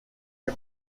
but